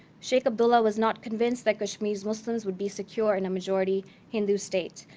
sheikh abdullah was not convinced that kashmir's muslims would be secure in a majority hindu state,